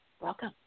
Welcome